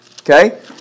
Okay